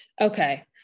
Okay